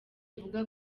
bivugwa